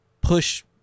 push